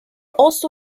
also